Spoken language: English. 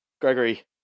Gregory